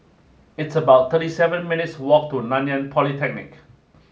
it's about thirty seven minutes' walk to Nanyang Polytechnic